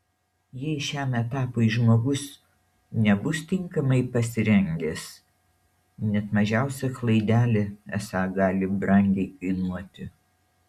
jei šiam etapui žmogus nebus tinkamai pasirengęs net mažiausia klaidelė esą gali brangiai kainuoti